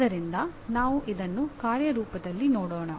ಆದ್ದರಿಂದ ನಾವು ಇದನ್ನು ಕಾರ್ಯರೂಪದಲ್ಲಿ ನೋಡೋಣ